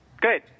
Good